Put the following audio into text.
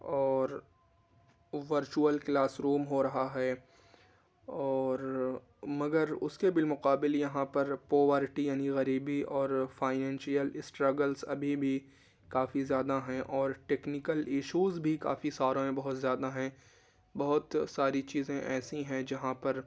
اور virtual class room ہو رہا ہے اور مگر اس کے بالمقابل یہاں پر پوورٹی یعنی غریبی اور فائنیشیل اسٹرگلس ابھی بھی کافی زیادہ ہیں اور ٹیکنیکل ایشوز بھی کافی ساروں میں بہت زیادہ ہیں بہت ساری چیزیں ایسی ہیں جہاں پر